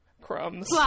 crumbs